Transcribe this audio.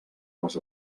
les